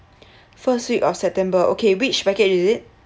first week of september okay which package is it